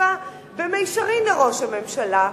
שכפופה במישרין לראש הממשלה,